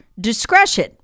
discretion